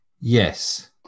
Yes